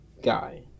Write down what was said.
Guy